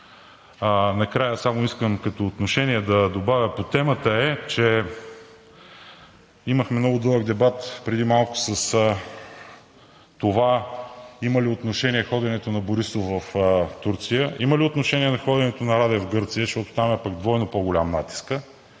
Накрая като отношение искам да добавя – по темата е, че имахме много дълъг дебат преди малко по това: има ли отношение ходенето на Борисов в Турция? Има ли отношение ходенето на Радев в Гърция, защото там пък е двойно по-голям натискът